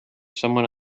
someone